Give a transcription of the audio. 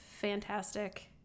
Fantastic